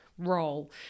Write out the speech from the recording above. Role